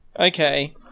Okay